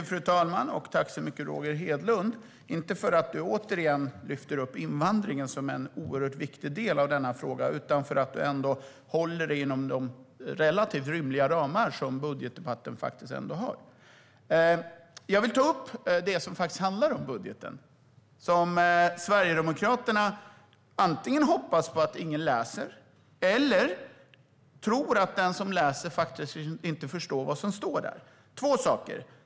Fru talman! Jag tackar dig, Roger Hedlund, inte för att du återigen lyfter upp invandringen som en oerhört viktig del av denna fråga utan för att du ändå håller dig inom de relativt rymliga ramar som budgetdebatten har. Jag vill ta upp det som faktiskt handlar om budgeten och som Sverigedemokraterna antingen hoppas på att ingen ska läsa eller tror att den som läser inte förstår.